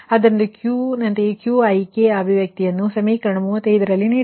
ಆದ್ದರಿಂದ Q ಯಂತೆ Qik ಅಭಿವ್ಯಕ್ತಿಯನ್ನು ಸಮೀಕರಣ 35 ರಲ್ಲಿ ನೀಡಲಾಗಿದೆ